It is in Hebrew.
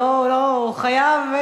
הוא חייב,